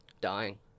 dying